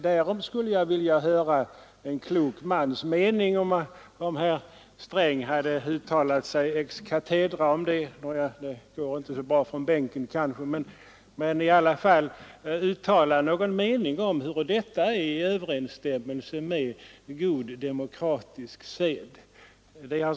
Därom ville jag höra en klok mans mening, och jag ville därför att herr Sträng skulle uttala sig ex cathedra — det går kanske inte så bra från bänken, men herr Sträng kan kanske i alla fall uttala någon uppfattning i frågan huruvida detta är i överensstämmelse med god demokratisk sed.